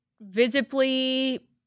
visibly